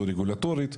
או רגולטורית,